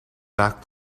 back